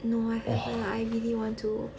no I I really want to watch